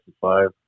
five